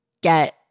get